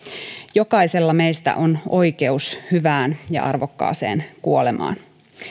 jokaisella meistä on oikeus hyvään ja arvokkaaseen kuolemaan